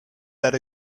that